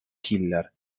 killer